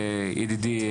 ידידי,